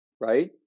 right